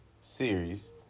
series